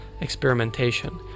experimentation